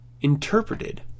interpreted